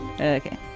Okay